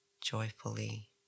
joyfully